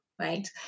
right